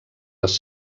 les